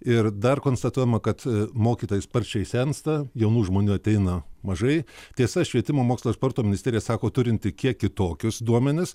ir dar konstatuojama kad mokytojai sparčiai sensta jaunų žmonių ateina mažai tiesa švietimo mokslo sporto ministerija sako turinti kiek kitokius duomenis